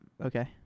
okay